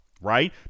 right